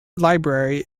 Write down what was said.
library